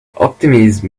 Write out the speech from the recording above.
optimism